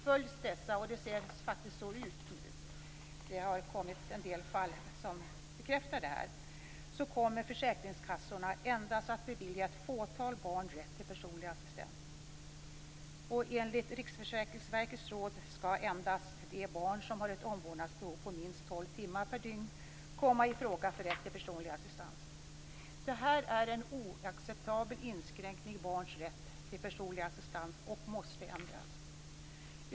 Följs dessa - och det ser faktiskt så ut då det kommit en del fall som bekräftar detta - kommer försäkringskassorna endast att bevilja ett fåtal barn rätt till personlig assistent. Enligt Riksförsäkringsverkets råd skall endast de barn som har ett omvårdnadsbehov på minst tolv timmar per dygn komma i fråga för rätt till personlig assistans. Det här är en oacceptabel inskränkning i barns rätt till personlig assistans och måste ändras.